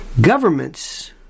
governments